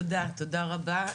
תודה רבה.